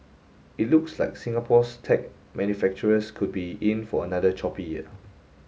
it looks like Singapore's tech manufacturers could be in for another choppy year